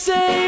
Say